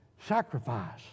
Sacrifice